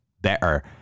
better